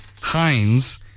Heinz